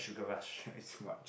I eat so much